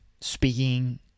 speaking